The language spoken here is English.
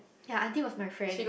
ya I think it was my friend